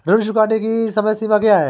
ऋण चुकाने की समय सीमा क्या है?